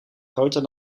groter